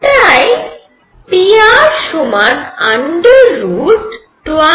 তাই pr সমান √